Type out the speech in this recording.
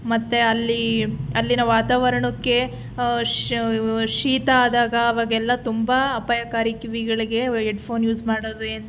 ಮತ್ತೆ ಅಲ್ಲಿ ಅಲ್ಲಿನ ವಾತಾವರಣಕ್ಕೆ ಶೀತ ಆದಾಗ ಆವಾಗೆಲ್ಲ ತುಂಬ ಅಪಾಯಕಾರಿ ಕಿವಿಗಳಿಗೆ ಎಡ್ಫೋನು ಯೂಸ್ ಮಾಡೋದು